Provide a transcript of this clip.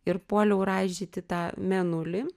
ir puoliau raižyti tą mėnulį